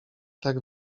tak